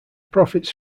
profits